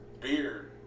beer